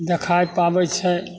देखै पाबै छै